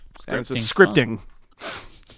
Scripting